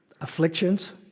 afflictions